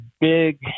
big